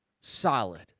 Solid